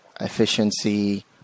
efficiency